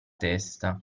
testa